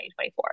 2024